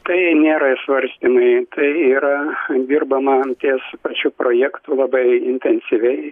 tai nėra svarstymai tai yra dirbama ties pačiu projektu labai intensyviai